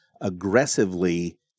aggressively